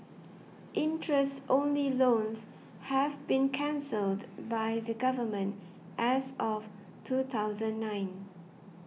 interest only loans have been cancelled by the Government as of two thousand nine